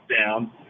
down